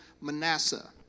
Manasseh